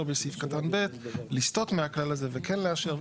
בסעיף קטן (ב) לסטות מהכלל הזה וכן לאשר.